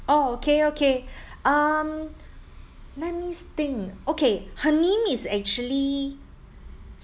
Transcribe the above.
oh okay okay um let me think okay her name is actually